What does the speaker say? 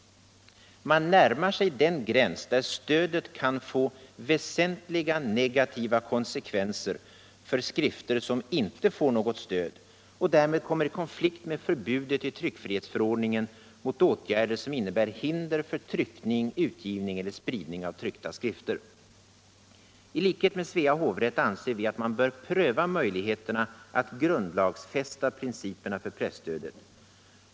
Man närmar sig den gräns där stödet kan få väsentliga negativa konsekvenser för skrifter som inte får något stöd och därmed kommer i konflikt med förbudet i tryckfrihetsförordningen mot åtgärder som innebär hinder för tryckning, utgivning eller spridning av tryckta skrifter. I likhet med Svea hovrätt anser vi att man bör pröva möjligheterna att grundlagsfästa principerna för presstödet.